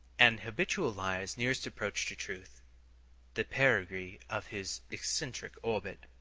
an habitual liar's nearest approach to truth the perigee of his eccentric orbit.